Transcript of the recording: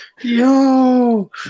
Yo